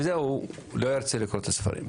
הוא לא ירצה לקרוא את הספרים.